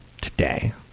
today